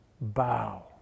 bow